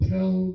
Tell